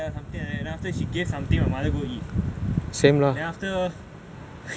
then after ya lah don't know who don't know who